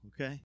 okay